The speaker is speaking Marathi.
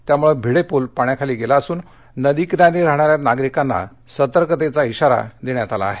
त्यामुळे भिडे पूल पाण्याखाली गेला असून नदीकिनारी राहणाऱ्या नागरिकांना सतर्कतेचा श्राारा देण्यात आला आहे